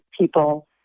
people